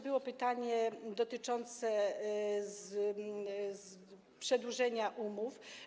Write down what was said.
Było pytanie dotyczące przedłużenia umów.